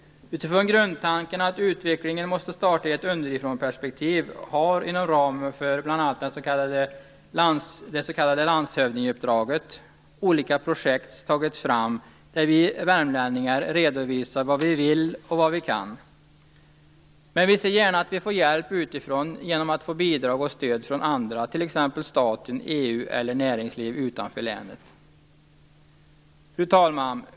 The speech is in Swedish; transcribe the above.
Utifrån grundtanken att utvecklingen måste starta i ett underifrånperspektiv har, inom ramen för exempelvis det s.k. landshövdingeuppdraget, olika projekt tagits fram där vi värmlänningar redovisar vad vi vill och vad vi kan. Vi ser dock gärna att vi får hjälp utifrån genom bidrag och stöd t.ex. från staten, EU eller näringslivet utanför länet. Fru talman!